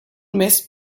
mes